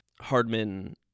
Hardman